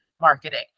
marketing